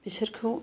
बिसोरखौ